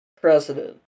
President